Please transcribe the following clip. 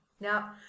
Now